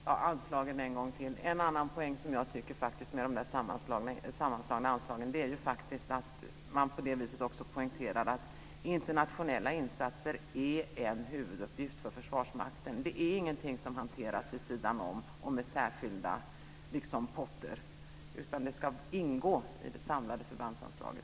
Fru talman! En gång till om anslagen: Jag ser faktiskt en annan poäng med de sammanslagna anslagen, nämligen att man därigenom också poängterar att internationella insatser är en huvuduppgift för Försvarsmakten. De hanteras inte vid sidan om och med särskilda potter, utan de ska ingå i det samlade förbandsanslaget.